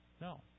No